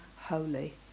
holy